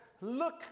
Look